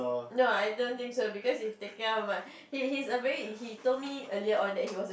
no I don't think so because he's take care of my he he he's a very he told me earlier on that he's a